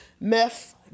meth